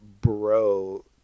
bro